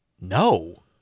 No